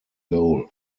goal